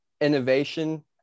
innovation